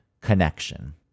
connection